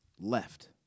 left